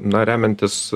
na remiantis